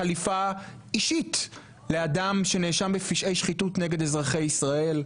חליפה אישית לאדם שנאשם בפשעי שחיתות נגד אזרחי ישראל.